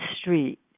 street